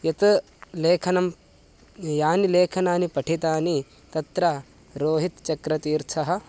यत् लेखनं यानि लेखनानि पठितानि तत्र रोहितचक्रतीर्थः